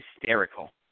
hysterical